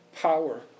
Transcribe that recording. power